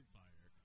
fire